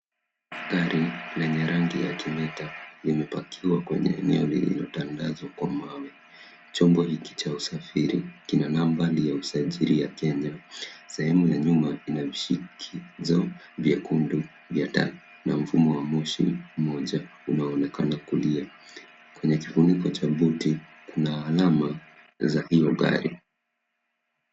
Gari lenye rangi ya kumeta limepakiwa kweye eneo lililotangazwa kwa mawe. Chombo hiki cha usafiri kina nambari ya usajili ya Kenya. Sehemu ya nyuma ina vishikizo vyekundu vya taa na mfumo wa moshi mmoja unaoonekana kulia. Kwenye kifuniko cha tovuti kuna alama za hio gari.